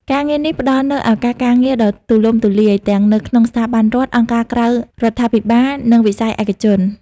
ការងារនេះផ្តល់នូវឱកាសការងារដ៏ទូលំទូលាយ ទាំងនៅក្នុងស្ថាប័នរដ្ឋ អង្គការក្រៅរដ្ឋាភិបាល និងវិស័យឯកជន។